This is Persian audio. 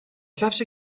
کفش